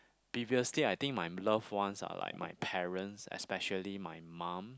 previously I think my loved ones are like my parents especially my mum